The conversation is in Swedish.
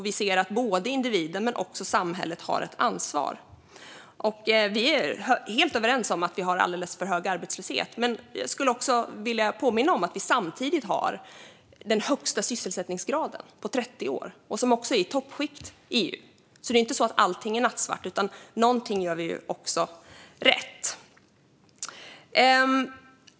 Vi ser att både individen och samhället har ett ansvar här. Vi är helt överens om att vi har alldeles för hög arbetslöshet. Men jag skulle också vilja påminna om att vi har den högsta sysselsättningsgraden på 30 år, som också är i EU:s toppskikt. Allting är alltså inte nattsvart, utan något gör vi också rätt.